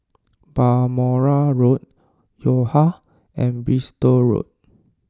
Balmoral Road Yo Ha and Bristol Road